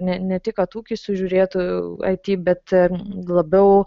ne ne tik kad ūkį sužiūrėtų it bet labiau